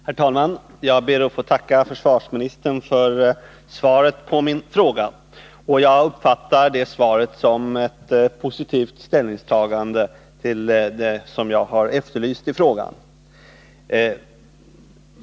Herr talman! Jag ber att få tacka försvarsministern för svaret som jag uppfattar som ett positivt ställningstagande till vad jag har efterlyst i min fråga.